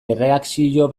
erreakzio